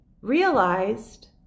realized